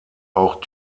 auch